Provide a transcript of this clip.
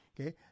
Okay